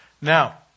Now